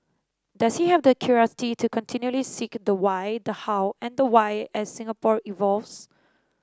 does he have the curiosity to continually seek the why the how and the why as Singapore evolves